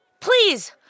Please